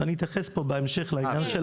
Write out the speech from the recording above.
ואני אתייחס פה בהמשך לעניין של